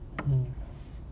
mm